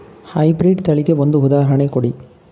High breed ತಳಿಗೆ ಒಂದು ಉದಾಹರಣೆ ಕೊಡಿ?